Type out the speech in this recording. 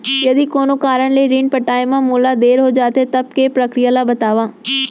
यदि कोनो कारन ले ऋण पटाय मा मोला देर हो जाथे, तब के प्रक्रिया ला बतावव